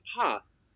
past